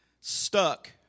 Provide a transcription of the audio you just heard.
stuck